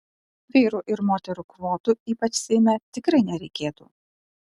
vyrų ir moterų kvotų ypač seime tikrai nereikėtų